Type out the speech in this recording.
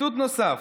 ציטוט נוסף,